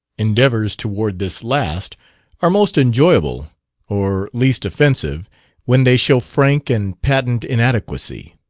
endeavors toward this last are most enjoyable or least offensive when they show frank and patent inadequacy.